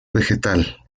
vegetal